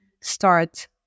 start